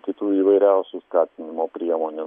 kitų įvairiausių skatinimo priemonių